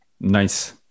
Nice